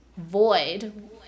void